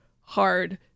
hard